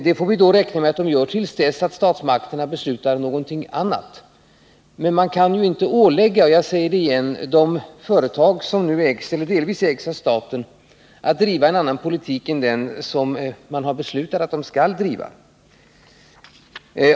Vi får då räkna med att de gör det till dess att statsmakterna beslutar någonting annat. Jag vill upprepa att man inte kan ålägga de företag som helt eller delvis ägs av staten att driva en annan politik än den som man har beslutat att de skall driva.